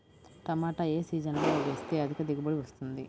టమాటా ఏ సీజన్లో వేస్తే అధిక దిగుబడి వస్తుంది?